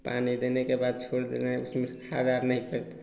पानी देने के बाद छोड़ देना उसमें से खाद आना ही पड़ता है